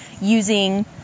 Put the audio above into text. using